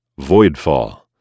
Voidfall